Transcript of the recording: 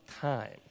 time